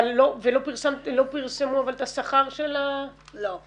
ולא פרסמו את השכר של ה- - לא.